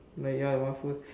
where ya one fruit